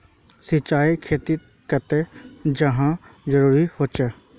सिंचाईर खेतिर केते चाँह जरुरी होचे?